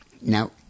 Now